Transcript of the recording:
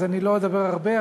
אז אני לא אדבר הרבה,